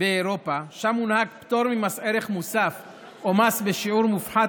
באירופה ששם מונהג פטור ממס ערך מוסף או מס בשיעור מופחת